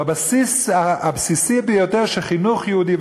בבסיס הבסיסי ביותר של חינוך יהודי?